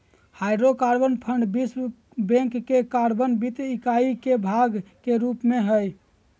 hydrocarbon fund विश्व bank के carbon वित्त इकाई के भाग के रूप में हइ